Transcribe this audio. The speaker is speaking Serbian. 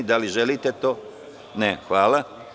Da li želite to? (Ne.) Hvala.